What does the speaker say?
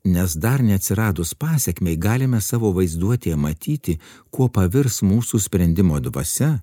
nes dar neatsiradus pasekmei galime savo vaizduotėje matyti kuo pavirs mūsų sprendimo dvasia